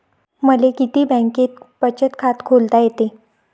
मले किती बँकेत बचत खात खोलता येते?